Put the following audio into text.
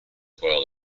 well